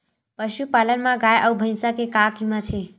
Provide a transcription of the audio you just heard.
पशुपालन मा गाय अउ भंइसा के का कीमत हे?